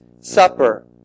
Supper